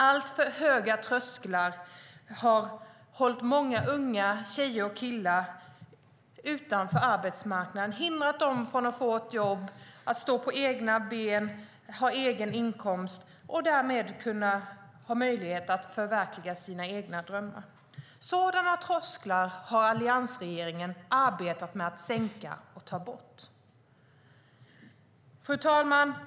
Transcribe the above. Alltför höga trösklar har hållit många unga tjejer och killar utanför arbetsmarknaden. De har hindrat dem från att få ett jobb, att stå på egna ben och att ha egen inkomst. Därmed har de inte kunnat förverkliga sina egna drömmar. Sådana trösklar har alliansregeringen arbetat med att sänka och ta bort. Fru talman!